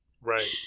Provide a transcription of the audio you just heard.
Right